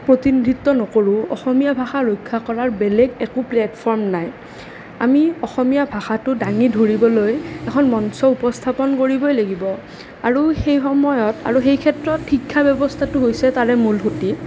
প্ৰতিনিধিত্ব নকৰোঁ অসমীয়া ভাষা ৰক্ষা কৰাৰ বেলেগ একো প্লেটফৰ্ম নাই আমি অসমীয়া ভাষাটো দাঙি ধৰিবলৈ এখন মঞ্চ উপস্থাপন কৰিবই লাগিব আৰু সেই সময়ত আৰু সেই ক্ষেত্ৰত শিক্ষা ব্যৱস্থাটো হৈছে তাৰে মূল সুঁতি